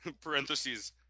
Parentheses